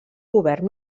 govern